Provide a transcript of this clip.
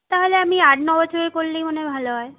তাহলে আমি আট ন বছরের করলেই মনে হয় ভালো হয়